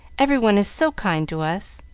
every one is so kind to us,